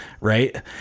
right